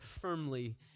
firmly